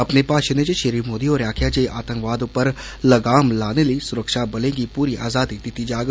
अपने भाषण च श्री मोदी होरें आक्खेआ जे आतंकवाद उप्पर लगाम लाने लेई सुरक्षा बलें गी पूरी आजादी दिती जाग